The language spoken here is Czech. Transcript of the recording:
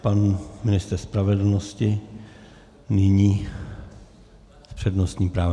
Pan ministr spravedlnosti nyní s přednostním právem.